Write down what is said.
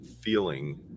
feeling